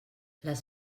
les